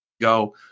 go